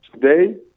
Today